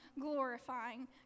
glorifying